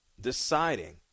deciding